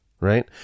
right